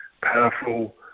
powerful